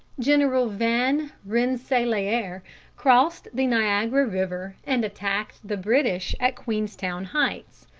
general van rensselaer crossed the niagara river and attacked the british at queenstown heights.